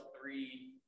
three